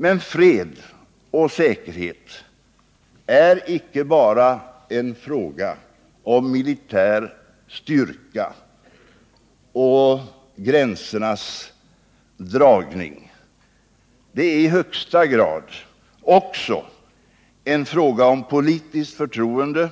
Men fred och säkerhet är icke bara en fråga om militär styrka och gränsernas dragning. I högsta grad är det också en fråga om politiskt förtroende,